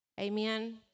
Amen